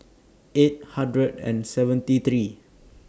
eight hundred and seventy three